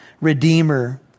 redeemer